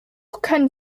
können